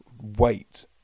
wait